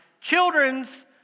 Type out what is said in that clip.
children's